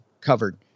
covered